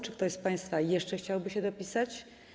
Czy ktoś z państwa jeszcze chciałby się dopisać?